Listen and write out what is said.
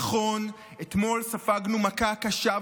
נכון, אתמול ספגנו מכה קשה וכואבת.